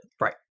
Right